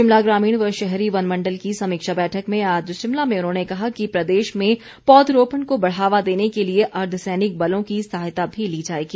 शिमला ग्रामीण व शहरी वनमंडल की समीक्षा बैठक में आज शिमला में उन्होंने कहा कि प्रदेश में पौधरोपण को बढ़ावा देने के लिए अर्धसैनिक बलों की सहायता भी ली जाएगी